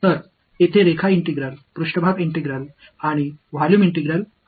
எனவே line integrals surface integrals மற்றும் volume integrals உள்ளன